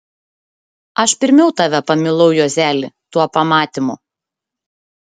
aš pirmiau tave pamilau juozeli tuo pamatymu